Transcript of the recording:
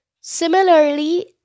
similarly